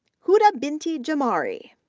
huda binti jamari,